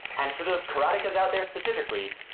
and for those karatekas out their specifically,